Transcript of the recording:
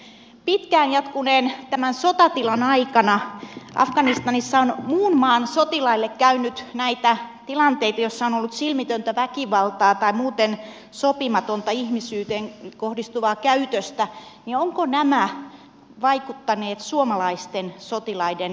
kun tämän pitkään jatkuneen sotatilan aikana afganistanissa on muun maan sotilaille käynyt näitä tilanteita joissa on ollut silmitöntä väkivaltaa tai muuten sopimatonta ihmisyyteen kohdistuvaa käytöstä ovatko nämä vaikuttaneet suomalaisten sotilaiden turvallisuuteen